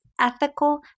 ethical